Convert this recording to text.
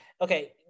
okay